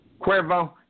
Cuervo